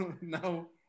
No